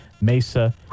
Mesa